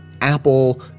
Apple